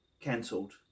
cancelled